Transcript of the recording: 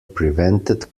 prevented